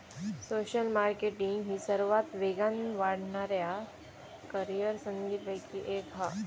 social marketing ही सर्वात वेगान वाढणाऱ्या करीअर संधींपैकी एक हा